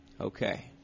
okay